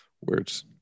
Words